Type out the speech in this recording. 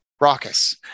raucous